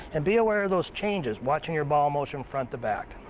and be aware of those changes. watching your ball motion front to back.